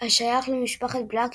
השייך למשפחת בלק,